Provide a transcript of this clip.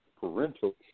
parental